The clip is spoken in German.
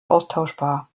austauschbar